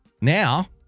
Now